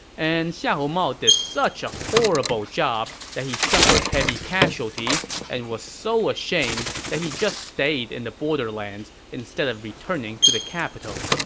and xiahou mao did such a horrible job that he suffered heavy casualties and was so ashamed that he just stayed in the borderlands instead of returning to the capital.